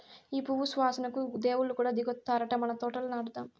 ఈ పువ్వు సువాసనకు దేవుళ్ళు కూడా దిగొత్తారట మన తోటల నాటుదాం